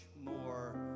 more